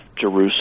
Jerusalem